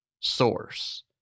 Source